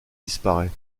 disparaît